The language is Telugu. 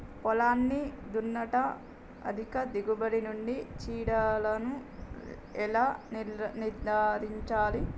పొలాన్ని దున్నుట అధిక దిగుబడి నుండి చీడలను ఎలా నిర్ధారించాలి?